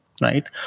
right